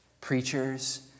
preachers